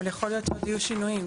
אבל יכול להיות שעוד יהיו שינויים.